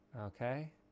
Okay